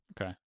okay